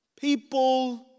People